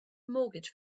mortgage